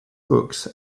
books